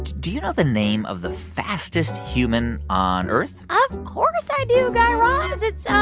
do you know the name of the fastest human on earth? of course i do, guy raz. it's. um